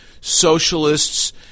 socialists